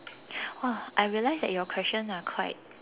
!wah! I realise that your question are quite